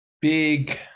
big